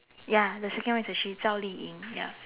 ya the second one is a she Zhao-Li-Ying ya